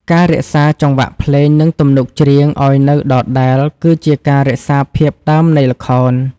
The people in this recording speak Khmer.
ការរក្សាចង្វាក់ភ្លេង និងទំនុកច្រៀងឱ្យនៅដដែល គឺជាការរក្សាភាពដើមនៃល្ខោន។